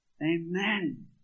Amen